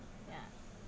ya